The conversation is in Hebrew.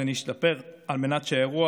ונשתפר על מנת שאירוע